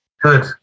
Good